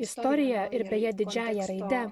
istorija ir beje didžiąja raide